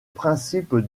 principe